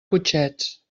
cotxets